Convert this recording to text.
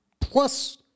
plus